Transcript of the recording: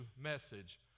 message